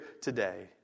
today